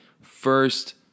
first